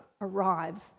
arrives